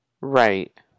Right